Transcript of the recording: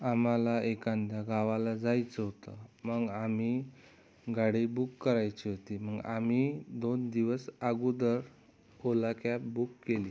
आम्हाला एखाद्या गावाला जायचं होतं मग आम्ही गाडी बुक करायची होती मग आम्ही दोन दिवस अगोदर ओला कॅब बुक केली